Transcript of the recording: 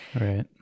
Right